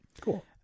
cool